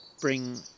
bring